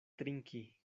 trinki